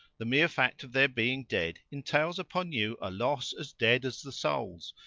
the mere fact of their being dead entails upon you a loss as dead as the souls,